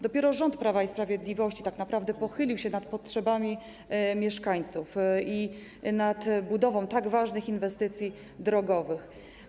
Dopiero rząd Prawa i Sprawiedliwości tak naprawdę pochylił się nad potrzebami mieszkańców i nad budową tak ważnych inwestycji drogowych.